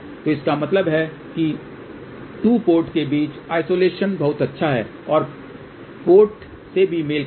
तो इसका मतलब है कि 2 पोर्ट के बीच आइसोलेशन बहुत अच्छा है और पोर्ट से भी मेल खाते हैं